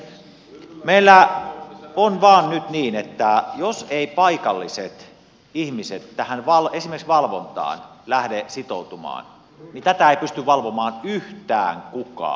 meillä on vain nyt niin että jos eivät paikalliset ihmiset esimerkiksi tähän valvontaan lähde sitoutumaan niin tätä ei pysty valvomaan yhtään kukaan